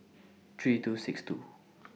three two six two